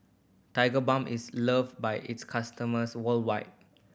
Tigerbalm is loved by its customers worldwide